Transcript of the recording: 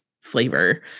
flavor